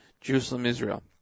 Jerusalem-Israel